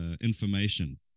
information